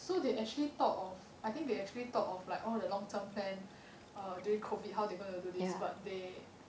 so they actually thought of I think they actually thought of like all the long term plan during COVID how they're gonna do this but they